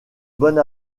bonne